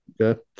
Okay